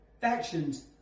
factions